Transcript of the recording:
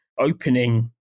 opening